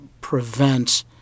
prevent